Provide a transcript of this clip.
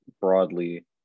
broadly